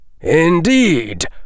Indeed